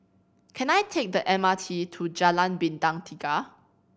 can I take the M R T to Jalan Bintang Tiga